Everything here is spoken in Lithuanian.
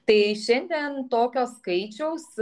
tai šiandien tokio skaičiaus